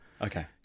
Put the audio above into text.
Okay